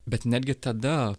bet netgi tada